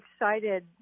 excited